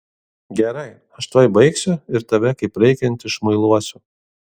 gerai aš tuoj baigsiu ir tave kaip reikiant išmuiluosiu